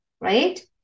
right